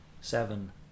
seven